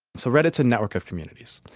so reddit is a network of communities.